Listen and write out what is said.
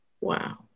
wow